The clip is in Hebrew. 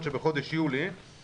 חשבתי שאתה לא --- יש,